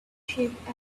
sheep